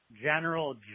General